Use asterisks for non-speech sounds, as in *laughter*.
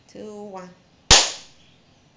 two one *noise*